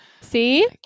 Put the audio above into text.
See